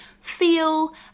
feel